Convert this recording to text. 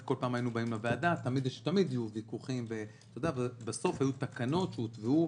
תמיד יהיו ויכוחים אבל בסוף היו תקנות שהותוו,